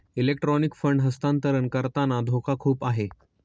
electronic fund हस्तांतरण करताना धोका खूप आहे